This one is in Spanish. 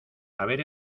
haber